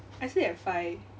I sleep at five